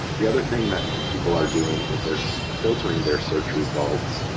the other thing that people are doing is they're so filtering their search results,